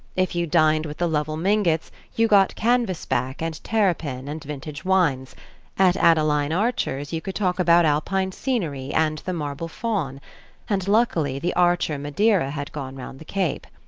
if you dined with the lovell mingotts you got canvas-back and terrapin and vintage wines at adeline archer's you could talk about alpine scenery and the marble faun and luckily the archer madeira had gone round the cape.